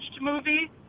movie